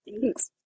Thanks